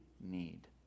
need